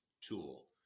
tool